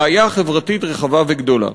בעיה חברתית רחבה וגדולה.